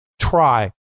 try